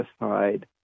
aside